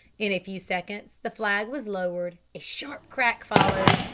in a few seconds the flag was lowered, a sharp crack followed,